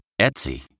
Etsy